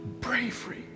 bravery